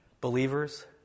Believers